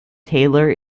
tailor